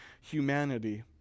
humanity